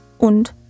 und